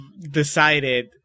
decided